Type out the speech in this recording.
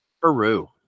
peru